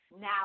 Now